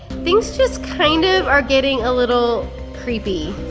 things just kind of are getting a little creepy.